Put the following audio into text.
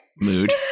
Mood